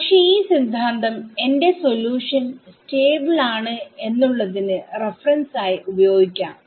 പക്ഷെ ഈ സിദ്ധാന്തം എന്റെ സൊല്യൂഷൻസ്റ്റാബിൾആണ് എന്നുള്ളതിന് റഫറൻസ് ആയി ഉപയോഗിക്കാം